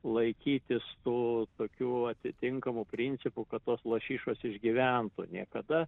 laikytis tų tokių atitinkamų principų kad tos lašišos išgyventų niekada